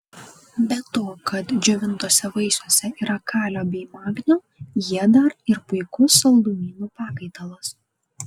be to kad džiovintuose vaisiuose yra kalio bei magnio jie dar ir puikus saldumynų pakaitalas